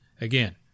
Again